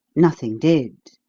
nothing did.